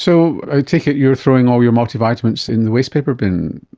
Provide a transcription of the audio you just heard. so take it you're throwing all your multivitamins in the wastepaper bin?